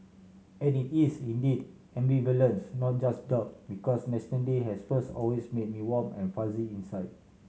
and it is indeed ambivalence not just doubt because National Day has first always made me warm and fuzzy inside